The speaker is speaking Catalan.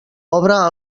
obra